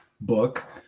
book